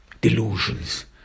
delusions